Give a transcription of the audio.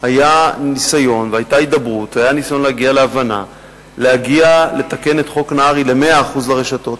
היה ניסיון והידברות כדי להגיע להבנה ולתקן את חוק נהרי ל-100% הרשתות,